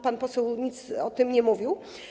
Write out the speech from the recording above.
Pan poseł nic o tym nie mówił.